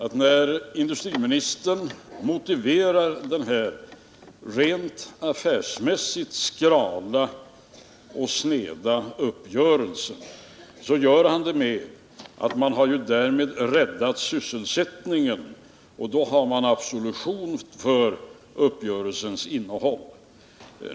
När industriministern motiverar den här rent affärsmässigt skrala och sneda uppgörelsen, gör han det med att man därmed har räddat sysselsättningen och då har man absolution för uppgörelsens innehåll.